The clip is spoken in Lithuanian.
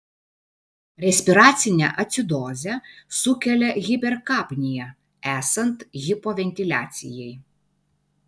respiracinę acidozę sukelia hiperkapnija esant hipoventiliacijai